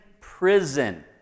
prison